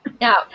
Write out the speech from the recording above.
Now